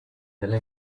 della